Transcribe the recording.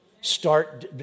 Start